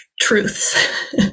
truths